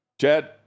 Chad